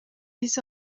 биз